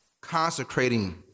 consecrating